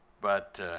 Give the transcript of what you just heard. but